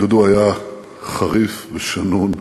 דודו היה חריף ושנון,